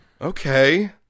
Okay